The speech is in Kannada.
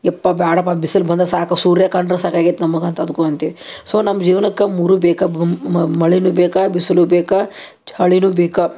ಯಪ್ಪಾ ಬೇಡಪ್ಪ ಬಿಸಲು ಬಂದರೆ ಸಾಕು ಸೂರ್ಯ ಕಂಡರೆ ಸಾಕಾಗೈತೆ ನಮ್ಗೆ ಅಂತ ಅದಕ್ಕೂ ಅಂತೀವಿ ಸೊ ನಮ್ಮ ಜೀವ್ನಕ್ಕೆ ಮೂರೂ ಬೇಕು ಬ್ ಮಳೆಯೂ ಬೇಕು ಬಿಸಿಲೂ ಬೇಕು ಚಳಿಯೂ ಬೇಕು